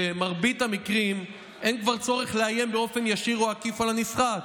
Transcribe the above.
במרבית המקרים כבר אין צורך לאיים באופן ישיר או עקיף על הנסחט,